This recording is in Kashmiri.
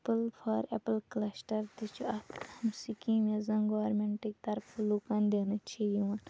ایپُل فار ایپُل کَلَسٹَر تہِ چھُ اَتھ سِکیٖم یۄس زَن گورمِنٛٹکہِ طرفہٕ لُکَن دِنہٕ چھِ یِوان